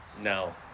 No